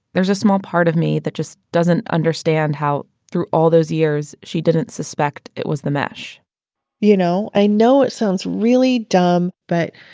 there's a small part of me that just doesn't understand how through all of those years, she didn't suspect it was the mesh you know, i know it sounds really dumb, but,